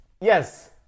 yes